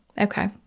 okay